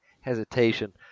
hesitation